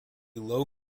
low